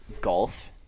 golf